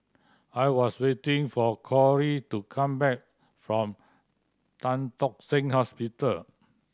I was waiting for Cori to come back from Tan Tock Seng Hospital